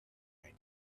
ready